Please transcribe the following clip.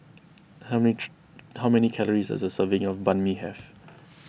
how how many calories does a serving of Banh Mi have